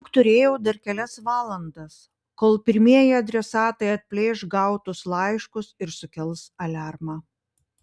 juk turėjau dar kelias valandas kol pirmieji adresatai atplėš gautus laiškus ir sukels aliarmą